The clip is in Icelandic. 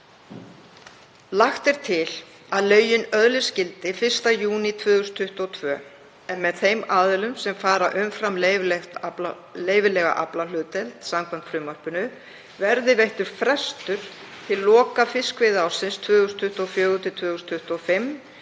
Lagt er til að lögin öðlist gildi 1. júní 2022 en þeim aðilum sem fara umfram leyfilega aflahlutdeild samkvæmt frumvarpinu verði veittur frestur til loka fiskveiðiársins 2024–2025